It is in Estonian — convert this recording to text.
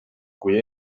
kui